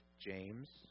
James